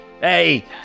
hey